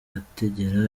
atagera